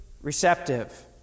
receptive